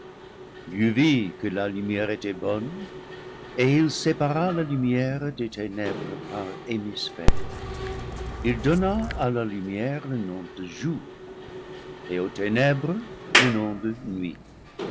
que la lumière était bonne et il sépara la lumière des ténèbres par hémisphères il donna à la lumière le nom de jour et aux ténèbres le nom de nuit